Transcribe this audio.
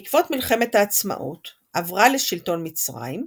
בעקבות מלחמת העצמאות עברה לשלטון מצרים,